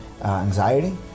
anxiety